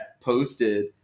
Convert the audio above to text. posted